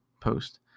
post